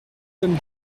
tome